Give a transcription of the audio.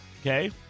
Okay